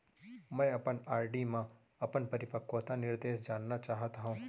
मै अपन आर.डी मा अपन परिपक्वता निर्देश जानना चाहात हव